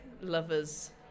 lovers